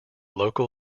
local